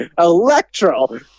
Electro